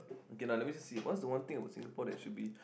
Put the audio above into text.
okay lah let me just see what is the one thing about Singapore that should be